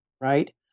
Right